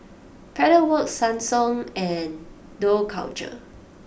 Pedal Works Ssangyong and Dough Culture